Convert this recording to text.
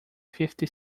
fifty